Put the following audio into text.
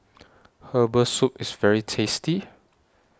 Herbal Soup IS very tasty